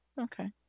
okay